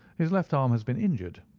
his left arm has been injured.